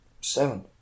Seven